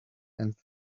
and